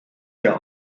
der